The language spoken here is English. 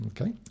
Okay